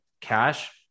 cash